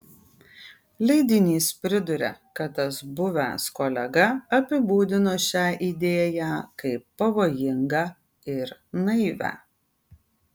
leidinys priduria kad tas buvęs kolega apibūdino šią idėją kaip pavojingą ir naivią